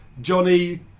Johnny